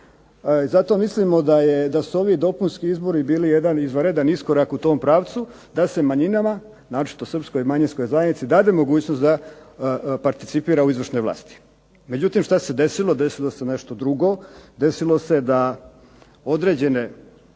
Zato mislimo da je, da su ovi dopunski izbori bili jedan izvanredan iskorak u tom pravcu da se manjinama, naročito srpskoj manjinskoj zajednici dade mogućnost da participira u izvršnoj vlasti. Međutim, šta se desilo? Desilo se nešto drugo. Desilo se da određene